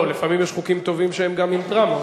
לפעמים יש חוקים טובים שהם גם עם דרמות.